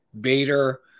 Bader